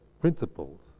principles